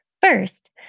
First